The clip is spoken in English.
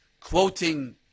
Quoting